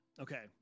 Okay